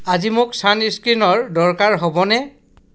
আজি মোক ছানস্ক্ৰীনৰ দৰকাৰ হ'বনে